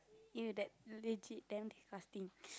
eh that legit damn disgusting